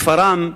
לכפרם,